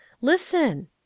Listen